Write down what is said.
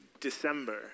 December